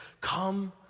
come